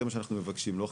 זה מה שאנחנו מבקשים; לא,